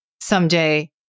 someday